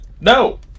no